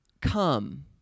come